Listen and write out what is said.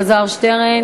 של חבר הכנסת אלעזר שטרן